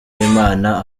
uwimana